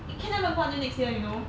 你看他们玩不玩 next year you know